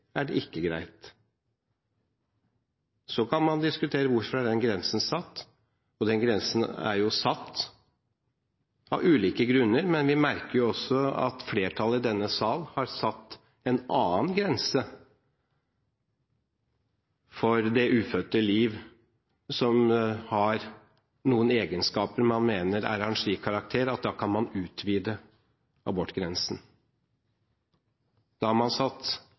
er det ikke greit. Så kan man diskutere hvorfor den grensen er satt. Den grensen er satt av ulike grunner, men vi merker oss også at flertallet i denne sal har satt en annen grense – for det ufødte liv som har noen egenskaper man mener er av en slik karakter at da kan man utvide abortgrensen. Da har man satt